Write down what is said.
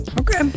Okay